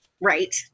Right